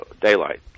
daylight